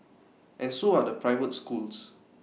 and so are the private schools